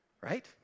Right